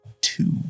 two